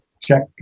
Check